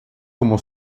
como